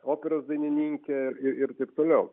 operos dainininkė ir ir taip toliau